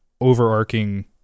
overarching